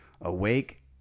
awake